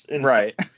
Right